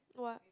what